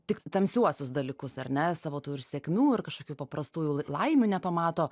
tik tamsiuosius dalykus ar ne savo tų ir sėkmių ir kažkokių paprastųjų lai laimių nepamato